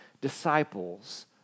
disciples